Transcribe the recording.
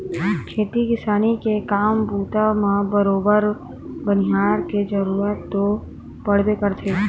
खेती किसानी के काम बूता म बरोबर बनिहार के जरुरत तो पड़बे करथे